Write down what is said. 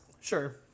Sure